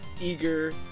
eager